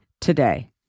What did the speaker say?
today